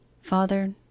Father